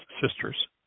sisters